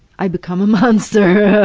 i become a monster. i'll